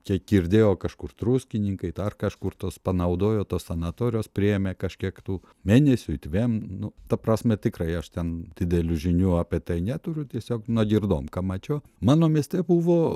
kiek girdėjau kažkur druskininkai dar kažkur tos panaudojo tos sanatorijos priėmė kažkiek tų mėnesiui dviem nu ta prasme tikrai aš ten didelių žinių apie tai neturiu tiesiog nuogirdom ką mačiau mano mieste buvo